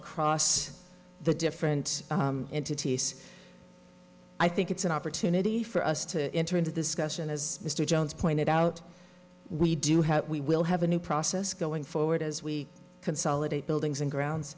across the different entities i think it's an opportunity for us to enter into discussion as mr jones pointed out we do have we will have a new process going forward as we consolidate buildings and grounds